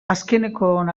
azkenekoon